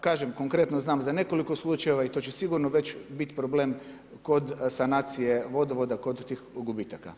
Kažem konkretno znam za nekoliko slučajeva i to će sigurno već biti problem kod sanacije vodovoda kod tih gubitaka.